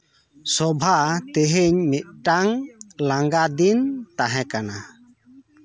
ᱥᱚᱵᱷᱟ ᱛᱤᱦᱤᱧ ᱢᱤᱫᱴᱟᱝ ᱞᱟᱝᱜᱟ ᱫᱤᱱ ᱛᱟᱦᱮᱸ ᱠᱟᱱᱟ